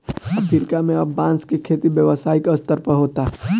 Africa में अब बांस के खेती व्यावसायिक स्तर पर होता